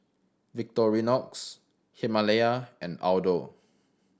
Victorinox Himalaya and Aldo